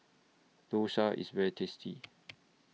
Dosa IS very tasty